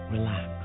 Relax